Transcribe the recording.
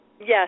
yes